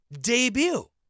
debut